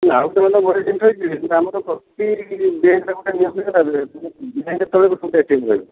ଆଉ ସେମାନେ ଆମର ପ୍ରତି ଡ଼େଟ୍ରେ ଗୋଟେ ନିୟମିତ ଭାବେ